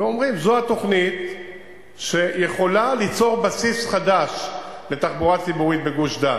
ואומרים: זו התוכנית שיכולה ליצור בסיס חדש לתחבורה ציבורית בגוש-דן.